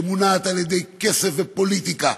שמונעת על-ידי כסף ופוליטיקה,